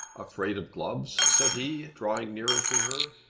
afraid of gloves? said he, drawing nearer to her.